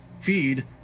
feed